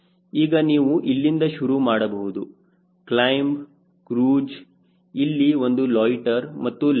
ಈಗ ನೀವು ಇಲ್ಲಿಂದ ಶುರು ಮಾಡಬಹುದು ಕ್ಲೈಮ್ ಕ್ರೂಜ್ ಇಲ್ಲಿ ಒಂದು ಲೊಯ್ಟ್ಟೆರ್ ಮತ್ತು ಲ್ಯಾಂಡ್